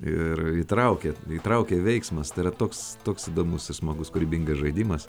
ir įtraukia įtraukia veiksmas tai yra toks toks įdomus ir smagus kūrybingas žaidimas